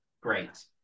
Great